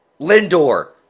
Lindor